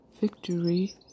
victory